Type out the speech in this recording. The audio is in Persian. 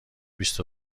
بیست